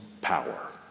power